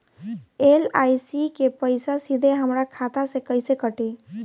LIC के पईसा सीधे हमरा खाता से कइसे कटी?